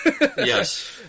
yes